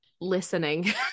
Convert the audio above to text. listening